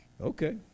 Okay